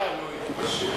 לא יתפשר.